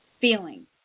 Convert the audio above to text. feeling